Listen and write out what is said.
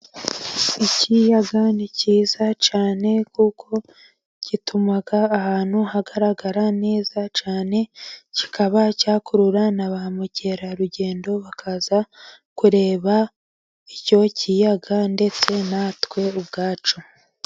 Ikiyaga ni cyiza cyane kuko gituma ahantu hagaragara neza cyane, kikaba cyakurura na ba mukerarugendo bakaza kureba icyo kiyaga ndetse natwe ubwacu.